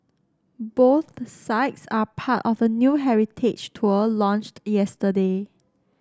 both sites are part of a new heritage tour launched yesterday